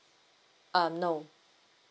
uh no